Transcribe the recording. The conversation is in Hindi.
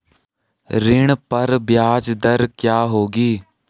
ऋण पर ब्याज दर क्या होगी?